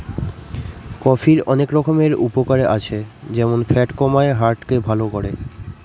কফির অনেক রকমের উপকারে আছে যেমন ফ্যাট কমায়, হার্ট কে ভালো করে